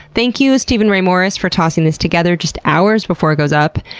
thank you steven ray morris for tossing this together just hours before it goes up,